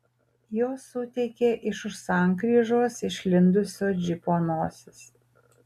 jos suteikė iš už sankryžos išlindusio džipo nosis